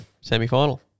semi-final